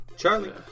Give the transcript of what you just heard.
Charlie